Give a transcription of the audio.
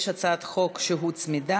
יש הצעת חוק שהוצמדה,